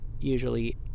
usually